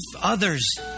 others